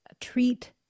treat